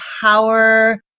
power